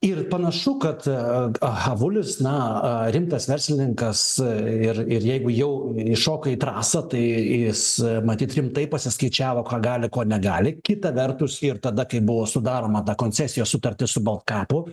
ir panašu kad avulis na rimtas verslininkas ir ir jeigu jau įšoka į trasą tai jis matyt rimtai pasiskaičiavo ką gali ko negali kita vertus ir tada kai buvo sudaroma ta koncesijos sutartis su baltkepu